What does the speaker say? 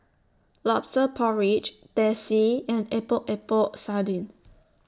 Lobster Porridge Teh C and Epok Epok Sardin